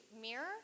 mirror